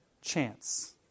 chance